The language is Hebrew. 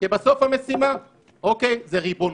כי בסוף המשימה היא ריבונות.